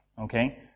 okay